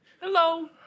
Hello